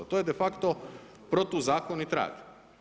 To je de facto protuzakonit rad.